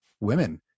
women